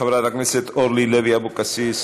חברת הכנסת אורלי לוי אבקסיס,